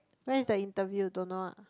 where is the interview don't know lah